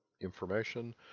information